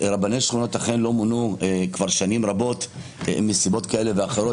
רבני שכונות אכן לא מונו כבר שנים רבות מסיבות כאלה ואחרות.